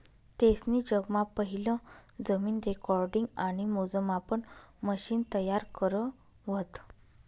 तेसनी जगमा पहिलं जमीन रेकॉर्डिंग आणि मोजमापन मशिन तयार करं व्हतं